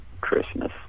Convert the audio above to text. Christmas